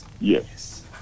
Yes